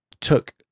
took